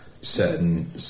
certain